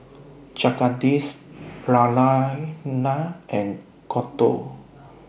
Jagadish Naraina and Gouthu